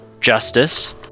justice